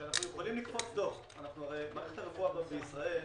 שאנחנו יכולים לכתוב דוח הרי מערכת הרפואה בישראל